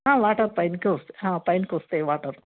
water పైనకి వస్తాయి పైనకి వస్తాయి వాటర్